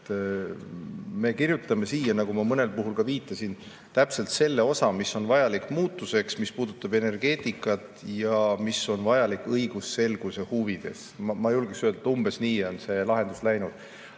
Me kirjutame siia, nagu ma mõnel puhul viitasin, täpselt selle osa, mis on vajalik muutuseks, mis puudutab energeetikat, ja mis on vajalik õigusselguse huvides. Ma julgeks öelda, et umbes nii on see lahendus läinud.